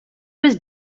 was